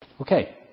Okay